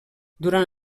durant